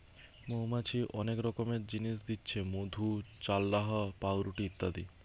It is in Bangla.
মৌমাছি অনেক রকমের জিনিস দিচ্ছে মধু, চাল্লাহ, পাউরুটি ইত্যাদি